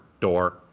door